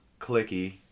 clicky